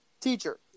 teacher